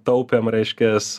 taupėm reiškias